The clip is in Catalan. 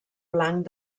blanc